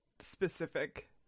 Specific